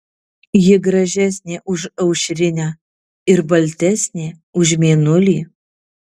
ji gražesnė už aušrinę ir baltesnė už mėnulį